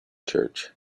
church